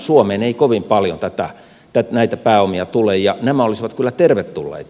suomeen ei kovin paljon näitä pääomia tule ja nämä olisivat kyllä tervetulleita